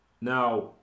Now